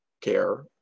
care